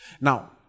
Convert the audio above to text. Now